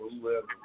whoever